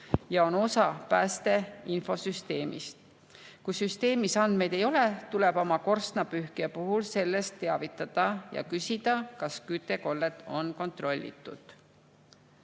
ja on osa päästeinfosüsteemist. Kui süsteemis andmeid ei ole, tuleb oma korstnapühkijat sellest teavitada ja küsida, kas küttekollet on kontrollitud.